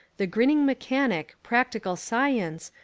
the grinning mechanic. practical science,